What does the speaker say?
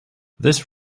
this